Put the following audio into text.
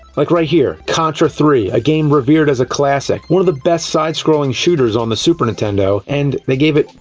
like, right here. contra iii a game revered as a classic one, of the best side-scrolling shooters on the super nintendo, and. they gave it.